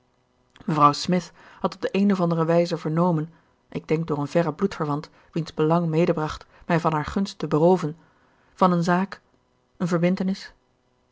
mevrouw smith had op de eene of andere wijze vernomen ik denk door een verren bloedverwant wiens belang medebracht mij van haar gunst te berooven van eene zaak eene verbintenis